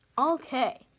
Okay